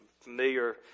familiar